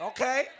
Okay